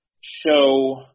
show